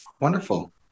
Wonderful